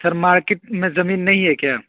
سر market میں زمین نہیں ہے کیا